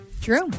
True